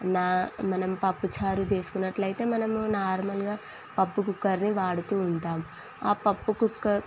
నా మనం పప్పు చారు చేసుకున్నట్లయితే మనము నార్మల్గా పప్పు కుక్కర్నీ వాడుతూ ఉంటాము ఆ పప్పు కుక్కర్